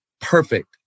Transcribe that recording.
perfect